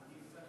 אני צריך